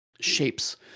shapes